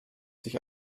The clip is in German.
sich